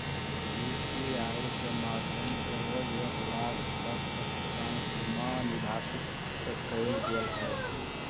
UPI के माध्यम से रोज एक लाख तक के भुगतान सीमा निर्धारित कएल गेल हइ